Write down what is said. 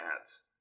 ads